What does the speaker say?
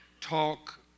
talk